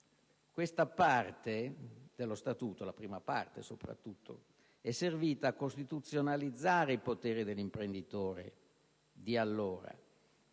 Questa parte dello Statuto, soprattutto la prima, è servita a costituzionalizzare il potere dell'imprenditore di allora